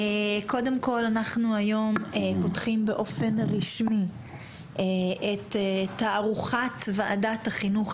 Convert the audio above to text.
היום אנחנו פותחים באופן רשמי את תערוכת ועדת החינוך,